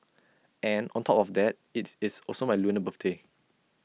and on top of that IT is also my lunar birthday